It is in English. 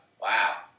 Wow